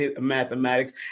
mathematics